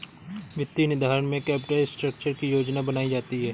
वित्तीय निर्धारण में कैपिटल स्ट्रक्चर की योजना बनायीं जाती है